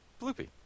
Bloopy